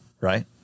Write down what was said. right